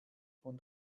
von